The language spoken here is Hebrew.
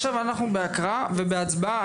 עכשיו אנחנו בהקראה ובהצבעה.